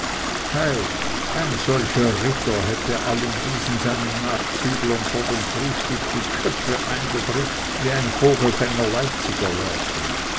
hei ein solcher ritter hätte allen diesen seinen nachzüglern vor dem frühstück die köpfe eingedrückt wie ein